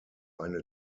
eine